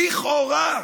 לכאורה,